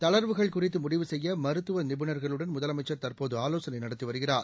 தளா்வுகள் குறித்து முடிவு செய்ய மருத்துவ நிபுணா்களுடன் முதலமைச்சா் தற்போது ஆலோசனை நடத்தி வருகிறார்